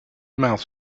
mouth